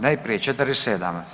Najprije 47.